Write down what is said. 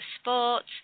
sports